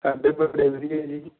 ਸਾਡੇ ਵਧੀਆ ਜੀ